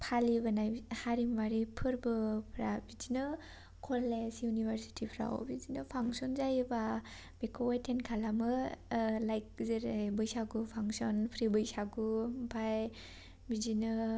फालिबोनाय हारिमुआरि फोरबोफ्रा बिदिनो कलेज इउनिभारसिटिफ्राव बिदिनो फांशन जायोबा बेखौ एटेन्ड खालामो लाइक जेरै बैसागु फांशन प्रि बैसागु आमफ्राय बिदिनो